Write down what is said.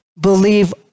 believe